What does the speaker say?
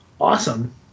awesome